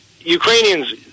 Ukrainians